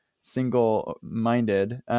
single-minded